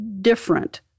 different